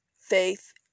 faith